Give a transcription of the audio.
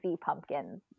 pumpkins